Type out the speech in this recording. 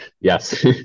Yes